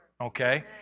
okay